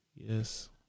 Yes